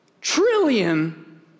trillion